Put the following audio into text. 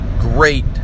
great